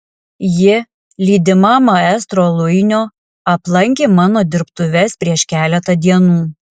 ji lydima maestro luinio aplankė mano dirbtuves prieš keletą dienų